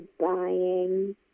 buying